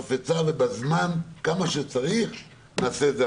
ובזמן, כמה שצריך.